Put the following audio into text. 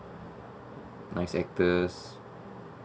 nice actors